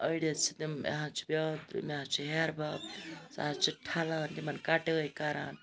أڈۍ حظ چھِ تِم مےٚ حظ چھُ بیاکھ درٛوے مےٚ حظ چھُ ہیٚہَر بب سُہ حظ چھُ ٹھَلان تِمَن کَٹٲے کَران